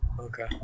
Okay